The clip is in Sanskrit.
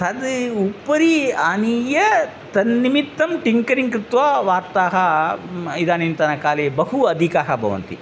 तद् उपरि आनीय तन्निमित्तं टिङ्करिङ्ग् कृत्वा वार्ताः म इदानीन्तनकाले बहु अधिकाः भवन्ति